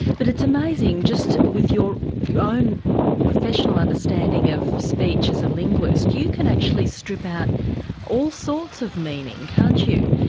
but it's amazing, just with your own professional understanding of speech as a linguist you can actually strip out all sorts of meaning, can't you?